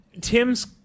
Tim's